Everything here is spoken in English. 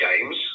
games